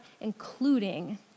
including